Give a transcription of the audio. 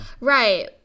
Right